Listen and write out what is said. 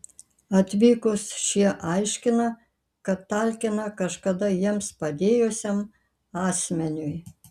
atvykus šie aiškina kad talkina kažkada jiems padėjusiam asmeniui